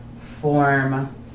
form